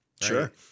Sure